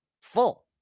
Full